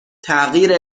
تغییر